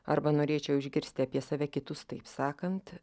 arba norėčiau išgirsti apie save kitus taip sakant